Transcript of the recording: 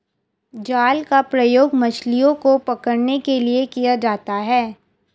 जाल का प्रयोग मछलियो को पकड़ने के लिये किया जाता है